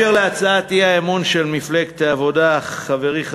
אתה יושב בממשלה, מה